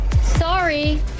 sorry